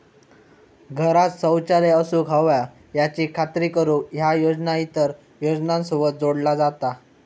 घरांत शौचालय असूक व्हया याची खात्री करुक ह्या योजना इतर योजनांसोबत जोडला जाता